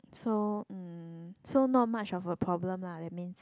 so um so not much of a problem lah that means